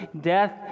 death